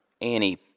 Annie